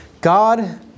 God